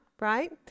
right